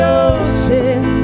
oceans